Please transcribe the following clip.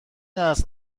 است